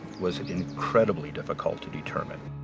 was incredibly difficult to determine.